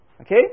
Okay